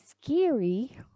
scary